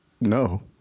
No